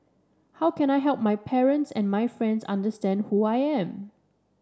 how can I help my parents and my friends understand who I am